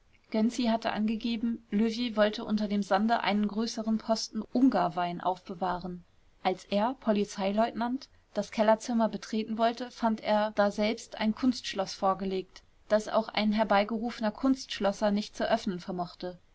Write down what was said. hatte angegeben löwy wollte unter dem sande einen größeren posten ungarwein aufbewahren als er polizeileutnant das kellerzimmer betreten wollte fand er daselbst ein kunstschloß vorgelegt das auch ein herbeigerufener kunstschlosser nicht zu öffnen vermochte